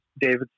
david